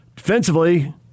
Defensively